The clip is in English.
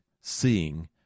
seeing